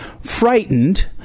frightened